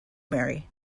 mary